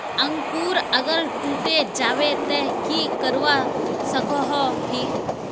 अंकूर अगर टूटे जाबे ते की करवा सकोहो ही?